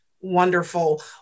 Wonderful